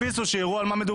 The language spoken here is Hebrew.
שיראו על מה מדובר.